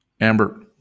Amber